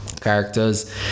characters